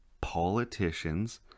politicians